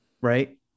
right